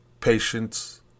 patience